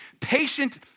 Patient